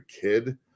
kid